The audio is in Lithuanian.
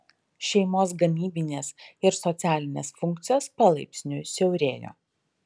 šeimos gamybinės ir socialinės funkcijos palaipsniui siaurėjo